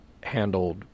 handled